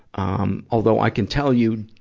um, although i can tell you,